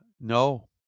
No